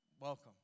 Welcome